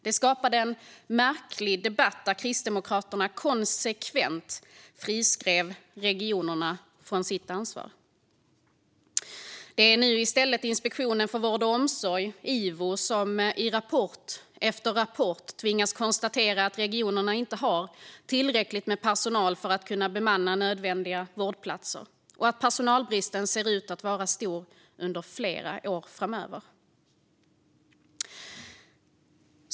Det skapade en märklig debatt där Kristdemokraterna konsekvent friskrev regionerna från deras ansvar. Det är nu i stället Inspektionen för vård och omsorg, IVO, som i rapport efter rapport tvingas konstatera att regionerna inte har tillräckligt med personal för att kunna bemanna nödvändiga vårdplatser och att personalbristen ser ut att bli stor under flera år framöver.